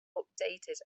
updated